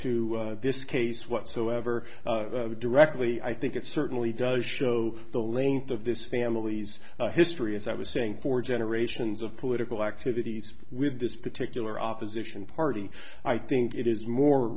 to this case whatsoever directly i think it certainly does show the length of this family's history as i was saying for generations of political activities with this particular opposition party i think it is more